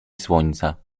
słońca